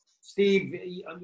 Steve